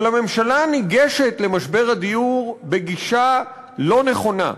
אבל הממשלה ניגשת למשבר הדיור בגישה לא נכונה.